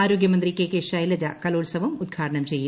ആരോഗ്യമന്ത്രി K K Shailaja കലോൽസവം ഉദ്ഘാടനം ചെയ്യും